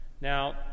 Now